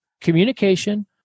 communication